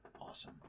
Awesome